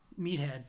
meathead